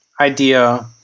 idea